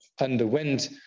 underwent